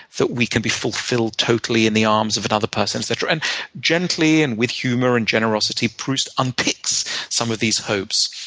we can be fulfilled totally in the arms of another person, etc. and gently, and with humor and generosity, proust unpicks some of these hopes.